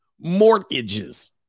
mortgages